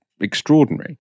extraordinary